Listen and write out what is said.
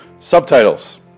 Subtitles